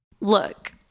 Look